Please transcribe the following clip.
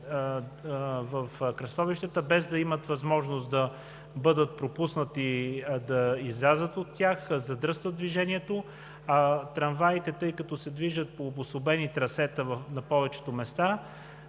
в кръстовищата без да имат възможност да бъдат пропуснати да излязат от тях, задръстват движението. Тъй като трамваите се движат по обособени трасета на повечето места,